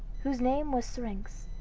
whose name was syrinx,